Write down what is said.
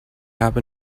habe